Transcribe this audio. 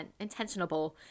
intentionable